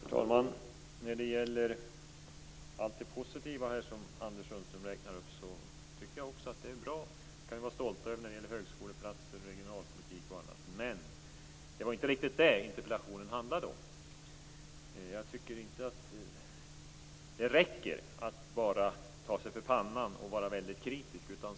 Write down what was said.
Herr talman! Jag tycker att allt det positiva som Anders Sundström räknade upp är bra. Vi kan vara stolta över fördelningen av högskoleplatser, regionalpolitik och annat, men det var inte riktigt det som interpellationen handlade om. Det räcker inte att bara ta sig för pannan och vara väldigt kritisk.